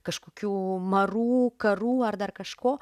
kažkokių marų karų ar dar kažko